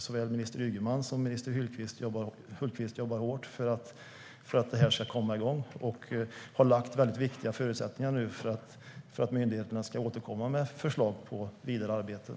Såväl minister Ygeman som minister Hultqvist jobbar hårt för att det här ska komma i gång. Man har gett väldigt viktiga förutsättningar för att myndigheterna ska återkomma med förslag om det vidare arbetet.